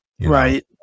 Right